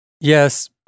Yes